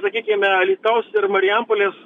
sakykime alytaus ir marijampolės